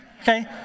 okay